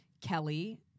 Kelly